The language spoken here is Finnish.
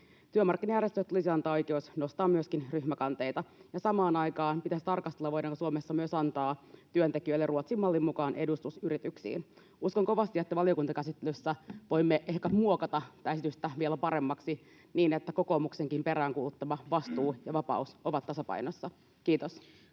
Työmarkkinajärjestöille tulisi antaa oikeus nostaa myöskin ryhmäkanteita, ja samaan aikaan pitäisi tarkastella, voidaanko Suomessa myös antaa työntekijöille Ruotsin mallin mukaan edustus yrityksiin. Uskon kovasti, että valiokuntakäsittelyssä voimme ehkä muokata tätä esitystä vielä paremmaksi niin että kokoomuksenkin peräänkuuluttamat vastuu ja vapaus ovat tasapainossa. — Kiitos.